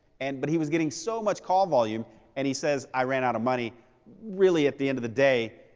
and but he was getting so much call volume and he says, i ran out of money really at the end of the day,